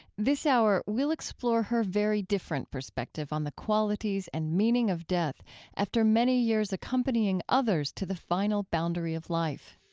this hour we'll explore her very different perspective on the qualities and meaning of death after many years accompanying others to the final boundary of life